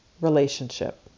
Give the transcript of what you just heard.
relationship